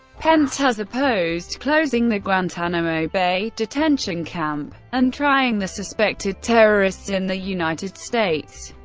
pence has opposed closing the guantanamo bay detention camp and trying the suspected terrorists in the united states.